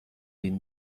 این